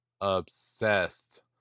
Obsessed